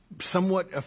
somewhat